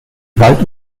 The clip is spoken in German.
weit